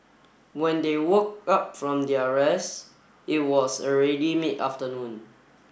when they woke up from their rest it was already mid afternoon